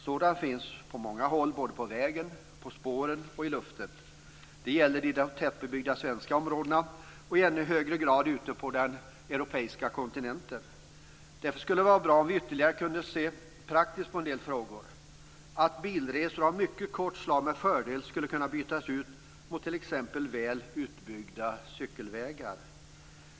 Sådan finns på många håll, såväl på vägen som på spåren och i luften. Detta gäller de tätbebyggda svenska områdena och i ännu högre grad ute på den europeiska kontinenten. Därför skulle det vara bra om vi kunde se praktiskt på en del frågor. Mycket korta bilresor skulle med fördel kunna bytas ut mot t.ex. cykelresor.